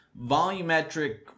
volumetric